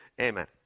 Amen